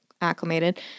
acclimated